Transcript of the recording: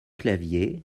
claviers